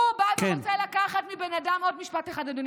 הוא בא ורוצה לקחת מבן אדם, כן?